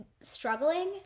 struggling